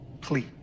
Please